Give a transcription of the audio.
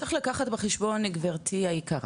צריך לקחת בחשבון גברתי היקרה,